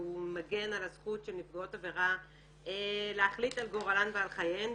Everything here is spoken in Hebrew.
והוא מגן על הזכות של נפגעות עבירה להחליט על גורלן ועל חייהן,